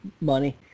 Money